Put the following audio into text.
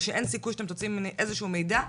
או שאין סיכוי שאתם תוציאו ממני איזשהו מידע.